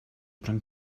there